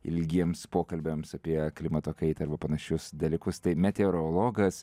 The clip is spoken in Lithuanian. ilgiems pokalbiams apie klimato kaitą arba panašius dalykus tai meteorologas